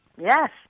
Yes